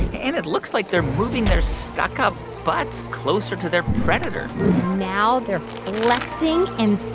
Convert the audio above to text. and it looks like they're moving their stuck-up butts closer to their predator now they're flexing and